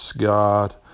God